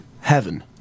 Heaven